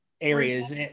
areas